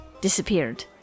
disappeared